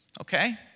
Okay